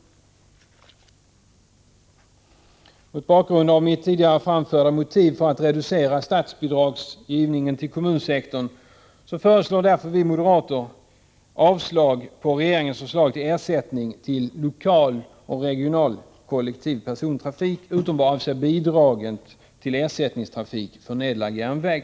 29 maj 1985 Mot bakgrund av det av mig tidigare framförda motivet för att reducera statsbidragsgivningen till kommunsektorn föreslår vi moderater avslag på Ersättning till lokal regeringens förslag till ersättning till lokal och regional kollektiv persontraoch regional fik, utom vad avser bidragen till ersättningstrafik för nedlagd järnväg.